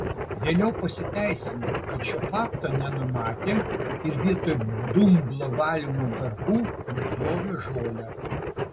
vėliau pasiteisino kad šio fakto nenumatė ir vietoj dumblo valymo darbų nupjovė žolę